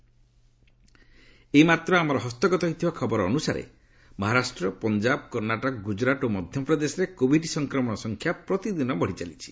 ବର୍ତ୍ତମାନ ଆମର ହସ୍ତଗତ ହୋଇଥିବା ଖବର ଅନୁସାରେ ମହାରାଷ୍ଟ୍ର ପଞ୍ଜାବ କର୍ଷ୍ଣାଟକ ଗୁଜୁରାଟ ଓ ମଧ୍ୟପ୍ରଦେଶରେ କୋଭିଡ ସଂକ୍ରମଣ ସଂଖ୍ୟା ପ୍ରତିଦିନ ବଢ଼ିଚାଲିଛି